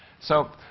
so